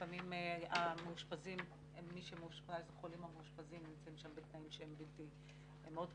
לפעמים החולים המאושפזים נמצאים שם בתנאים שהם מאוד קשים,